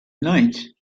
night